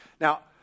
Now